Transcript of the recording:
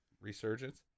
Resurgence